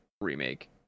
remake